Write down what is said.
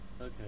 Okay